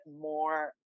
more